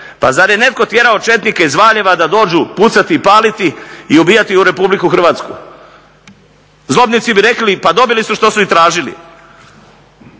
Pa zar je netko tjerao četnike iz Valjeva da dođu pucati i paliti i ubijati u Republiku Hrvatsku? Zlobnici bi rekli pa dobili su što su i tražili.